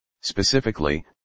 Specifically